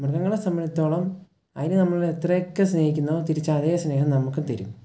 മൃഗങ്ങളെ സംബന്ധിച്ചിടത്തോളം അതിനെ നമ്മൾ എത്രയൊക്കെ സ്നേഹിക്കുന്നോ തിരിച്ചു അതേ സ്നേഹം നമുക്ക് തരും